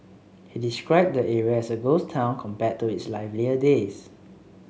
he described the area as a ghost town compared to its livelier days